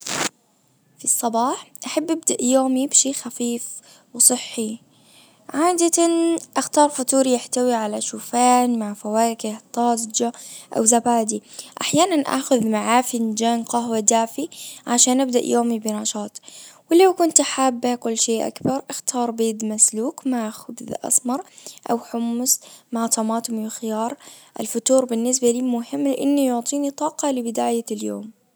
في الصباح احب ابدأ يومي بشي خفيف وصحي. عادة اختار فطور يحتوي على شوفان مع فواكه طازجة او زبادي احيانا اخذ معاه فنجان قهوة دافي عشان ابدأ يومي بنشاط. ولو كنت حابة أكل شي اكثر اختار بيض مسلوق مع خبز اسمر او حمص مع طماطم وخيار الفطور بالنسبة لي مهم لانه يعطيني طاقة لبداية اليوم.